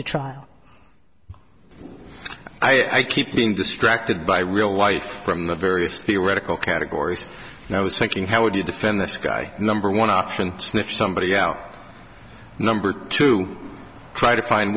to trial i keep being distracted by real life from the various theoretical categories and i was thinking how would you defend this guy number one option sniff somebody out number two try to find